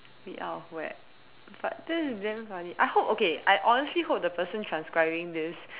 be out of whack but that is damn funny I hope okay I honestly hope the person transcribing this